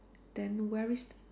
then where is